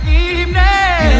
evening